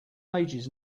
ages